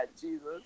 jesus